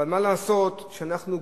אבל מה לעשות שאנחנו מחויבים,